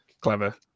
clever